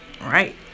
Right